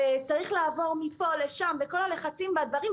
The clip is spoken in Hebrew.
וצריך לעבור מפה לשם וכל הלחצים והדברים,